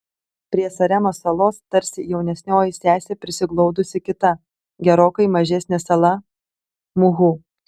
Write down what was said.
prie saremos salos tarsi jaunesnioji sesė prisiglaudusi kita gerokai mažesnė sala muhu